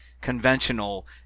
conventional